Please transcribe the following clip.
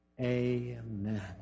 Amen